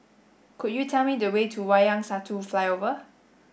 could you tell me the way to Wayang Satu Flyover